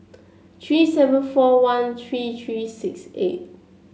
three seven four one three three six eight